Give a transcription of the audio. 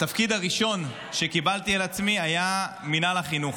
התפקיד הראשון שקיבלתי על עצמי היה במינהל החינוך.